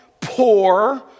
poor